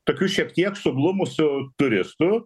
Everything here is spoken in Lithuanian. tokių šiek tiek suglumusių turistų